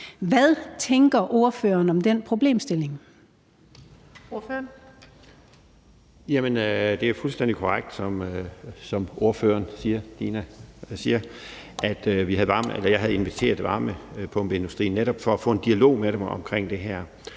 Henrik Frandsen (M): Det er fuldstændig korrekt, som ordføreren siger, at jeg havde inviteret varmepumpeindustrien for netop at få en dialog med dem om det her.